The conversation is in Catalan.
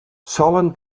solen